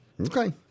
Okay